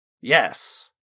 Yes